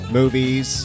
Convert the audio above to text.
movies